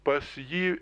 pas jį